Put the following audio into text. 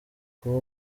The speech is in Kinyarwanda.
kuba